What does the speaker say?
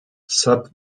sub